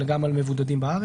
אלא גם על מבודדים בארץ.